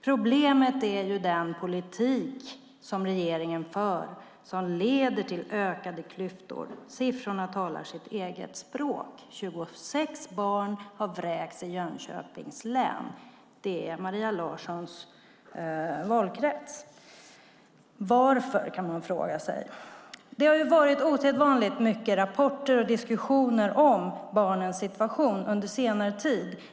Problemet är den politik som regeringen för. Den leder till ökade klyftor. Siffrorna talar sitt eget språk. 26 barn har vräkts i Jönköpings län. Det är Maria Larssons valkrets. Man kan fråga sig varför. Det har varit osedvanligt mycket rapporter och diskussioner om barnens situation under senare tid.